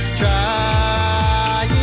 try